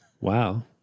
Wow